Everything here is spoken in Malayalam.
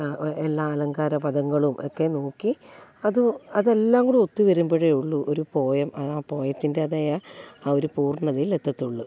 എ എല്ലാ അലങ്കാര പദങ്ങളും ഒക്കെ നോക്കി അതു അതെല്ലാം കൂടി ഒത്തു വരുമ്പോഴേ ഉള്ളു ഒരു പോയം ആ പോയതിൻറ്റേതായ ആ ഒരു പൂർണ്ണതയിൽ എത്തത്തുള്ളൂ